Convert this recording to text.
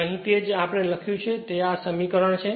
અહીં તે છે જે આપણે અહીં લખ્યું છે તે આ સમીકરણ છે